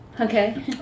Okay